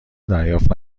دریافت